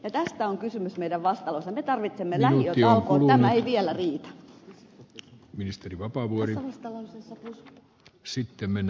tästä on kysymys meidän vastalauseessamme me tarvitsemme lähiötalkoot tämä ei vielä riitä